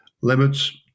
limits